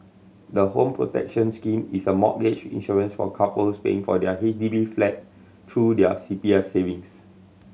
the Home Protection Scheme is a mortgage insurance for couples paying for their H D B flat through their C P F savings